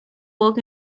work